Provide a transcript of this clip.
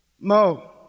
Mo